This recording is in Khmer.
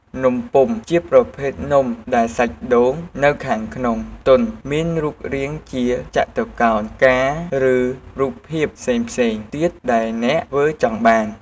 នំពុម្ពជាប្រភេទនំដែលសាច់ដូងនៅខាងក្នុង ទន់ មានរូបរាងជាចតុកោណ ផ្កាឬ រូបភាពផ្សេងៗទៀតដែលអ្នកធ្វើចង់បាន។